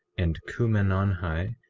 and kumenonhi,